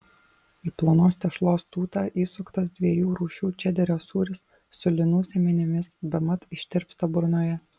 į plonos tešlos tūtą įsuktas dviejų rūšių čederio sūris su linų sėmenimis bemat ištirpsta burnoje